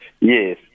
yes